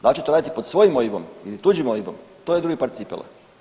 Dal će to raditi pod svojim OIB-om ili tuđim OIB-om to je drugi par cipela.